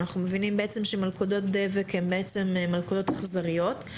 אנחנו מבינים שמלכודות דבק הן בעצם מלכודות אכזריות.